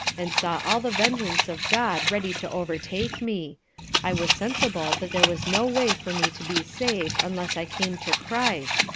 and saw all the vengeance of god ready to overtake me i was sensible that there was no way for me to be saved unless i came to christ,